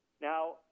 Now